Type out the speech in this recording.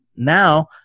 now